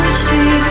see